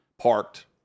parked